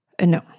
no